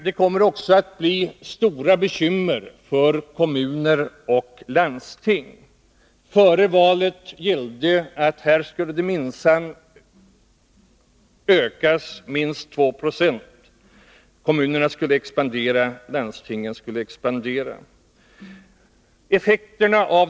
Det kommer också att bli stora bekymmer för kommuner och landsting. Före valet gällde att kommuner och landsting minsann skulle få expandera minst 2 96.